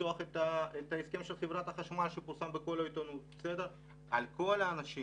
לפתוח את ההסכם של חברת החשמל שפורסם בעיתונות על כל האנשים